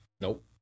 Nope